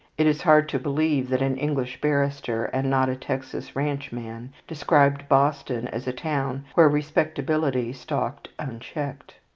it is hard to believe that an english barrister, and not a texas ranch-man, described boston as a town where respectability stalked unchecked.